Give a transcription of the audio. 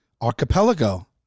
Archipelago